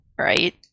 right